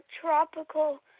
tropical